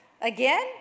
again